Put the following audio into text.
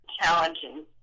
challenging